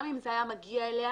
גם אם זה היה מגיע אליה